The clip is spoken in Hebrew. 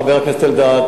חבר הכנסת אלדד,